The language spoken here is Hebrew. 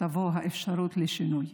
תבוא האפשרות לשינוי.